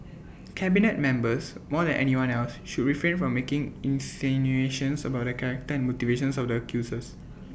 cabinet members more than anyone else should refrain from making insinuations about the character and motivations of the accusers